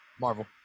Marvel